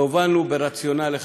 והובלנו ברציונל אחד: